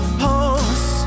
pulse